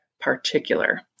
particular